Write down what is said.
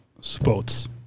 sports